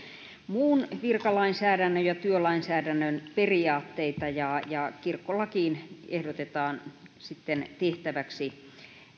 muun virkalainsäädännön ja työlainsäädännön periaatteita ja ja kirkkolakiin ehdotetaan sitten tehtäväksi